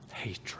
hatred